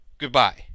Goodbye